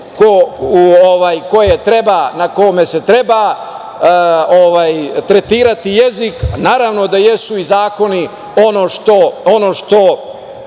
koje treba, na kome se treba tretirati jezik. Naravno da je su i zakoni ono što